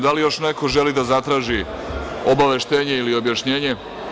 Da li još neko želi da zatraži obaveštenje ili objašnjenje?